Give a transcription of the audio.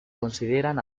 consideran